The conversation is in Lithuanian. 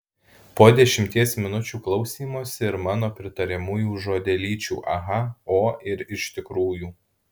po dešimties minučių klausymosi ir mano pritariamųjų žodelyčių aha o ir iš tikrųjų